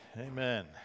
Amen